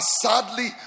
sadly